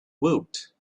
woot